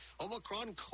Omicron